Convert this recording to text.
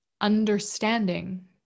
understanding